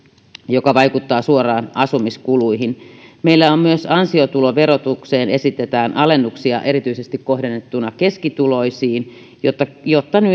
mikä vaikuttaa suoraan asumiskuluihin meillä myös ansiotuloverotukseen esitetään alennuksia kohdennettuna erityisesti keskituloisiin jotta jotta